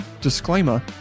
disclaimer